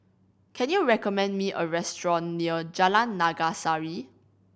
can you recommend me a restaurant near Jalan Naga Sari